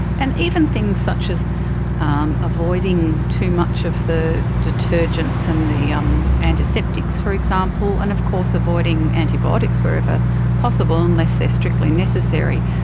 and even things such as um avoiding too much of the detergents and the um antiseptics, for example, and of course avoiding antibiotics wherever possible unless they are strictly necessary,